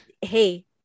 hey